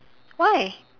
why